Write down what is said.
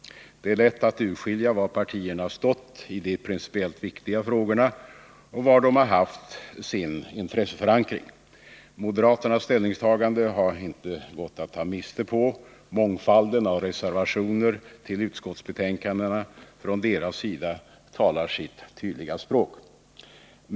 Det är lätt att urskilja var partierna stått i de principiellt viktiga frågorna och var de haft sin intresseförankring. Moderaternas ställningstagande har inte gått att ta miste på. Mångfalden av reservationer till utskottsbetänkandena från deras sida talar sitt tydliga språk.